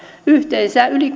yhteensä yli